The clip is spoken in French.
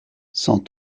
cent